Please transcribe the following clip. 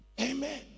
Amen